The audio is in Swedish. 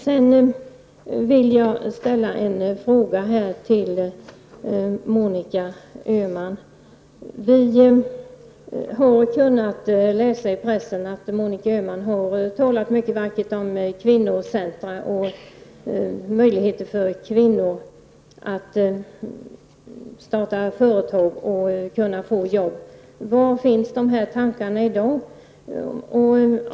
Jag vill ställa en fråga till Monica Öhman. I pressen har vi kunnat läsa att Monica Öhman har talat mycket vackert om kvinnocentra och möjligheter för kvinnor att starta företag och få arbete. Var finns dessa tankar i dag?